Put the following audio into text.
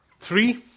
Three